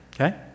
Okay